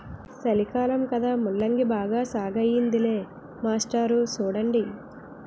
సలికాలం కదా ముల్లంగి బాగా సాగయ్యిందిలే మాస్టారు సూడండి